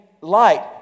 light